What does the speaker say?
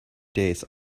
days